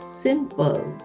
simple